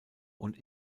und